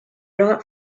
not